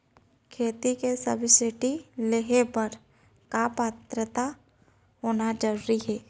खेती के सब्सिडी लेहे बर का पात्रता होना जरूरी हे?